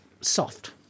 soft